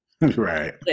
Right